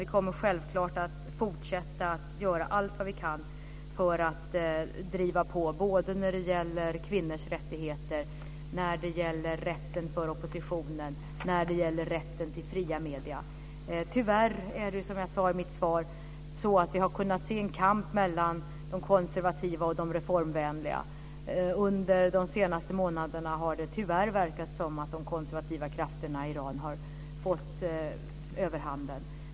Vi kommer självklart att fortsätta att göra allt vad vi kan för att driva på, både när det gäller kvinnors rättigheter, rätten för oppositionen och rätten till fria medier. Som jag sade i mitt svar har vi kunnat se en kamp mellan de konservativa och de reformvänliga. Under de senaste månaderna har det tyvärr verkat som om de konservativa krafterna i Iran har tagit överhanden.